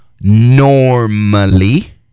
normally